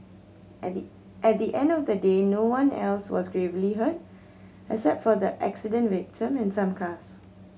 at the at the end of the day no one else was gravely hurt except for the accident victim and some cars